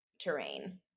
terrain